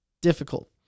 difficult